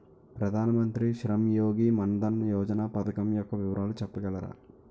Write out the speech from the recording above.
ప్రధాన మంత్రి శ్రమ్ యోగి మన్ధన్ యోజన పథకం యెక్క వివరాలు చెప్పగలరా?